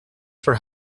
for